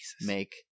make